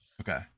Okay